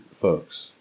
folks